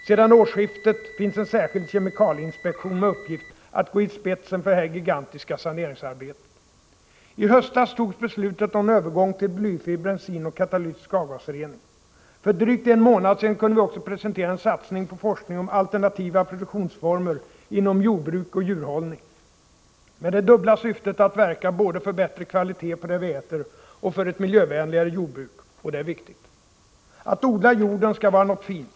Sedan årsskiftet finns en särskild kemikalieinspektion med uppgift att gå i spetsen för det här gigantiska saneringsarbetet. I höstas fattades beslutet om övergång till blyfri bensin och katalytisk avgasrening. För drygt en månad sedan kunde vi också presentera en satsning på forskning om alternativa produktionsformer inom jordbruk och djurhållning, med det dubbla syftet att verka både för bättre kvalitet på det vi äter och för ett miljövänligare jordbruk — och det är viktigt. Att odla jorden skall vara något fint.